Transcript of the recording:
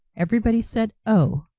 everybody said oh,